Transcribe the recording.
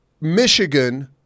Michigan –